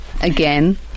again